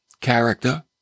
character